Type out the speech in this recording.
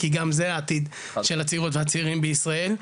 כי גם זה העתיד של הצעירות והצעירים בישראל.